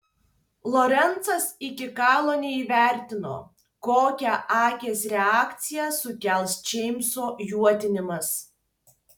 lorencas iki galo neįvertino kokią agės reakciją sukels džeimso juodinimas